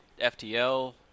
FTL